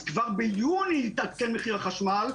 אז כבר ביוני יתעדכן מחיר החשמל,